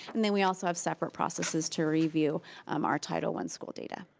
and then we also have separate processes to review um our title one school data.